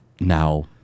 Now